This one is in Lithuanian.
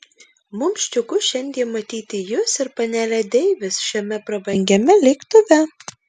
mums džiugu šiandien matyti jus ir panelę deivis šiame prabangiame lėktuve